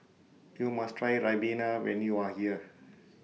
YOU must Try Ribena when YOU Are here